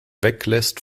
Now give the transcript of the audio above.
weglässt